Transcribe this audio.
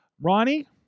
Ronnie